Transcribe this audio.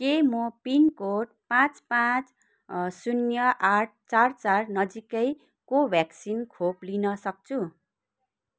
के म पिनकोड पाँच पाँच शून्य आठ चार चार नजिकै कोभ्याक्सिन खोप लिन सक्छु